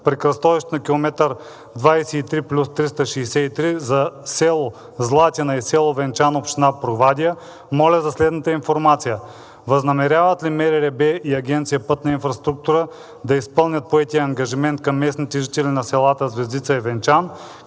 при кръстовището на км 23+363 за село Златина и село Венчан, община Провадия, моля за следната информация: възнамеряват ли МРРБ и Агенция „Пътна инфраструктура“ да изпълнят поетия ангажимент към местните жители на селата Звездица и Венчан,